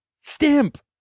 Stamp